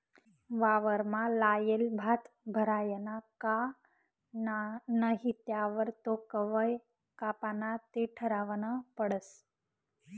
वावरमा लायेल भात भरायना का नही त्यावर तो कवय कापाना ते ठरावनं पडस